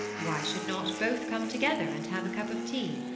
why should not both come together and have a cup of tea?